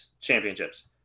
championships